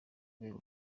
rwego